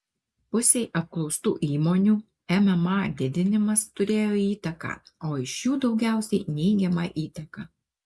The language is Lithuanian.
pusei apklaustų įmonių mma didinimas turėjo įtaką o iš jų daugiausiai neigiamą įtaką